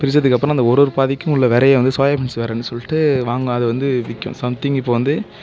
பிரித்தத்துக்கு அப்புறம் அந்த ஒரு ஒரு பாதிக்கும் உள்ளே வெதைய வந்து சோயாபீன்ஸ் வெதைன்னு சொல்லிட்டு வாங்கணும் அது வந்து விற்கும் சம்திங் இப்போ வந்து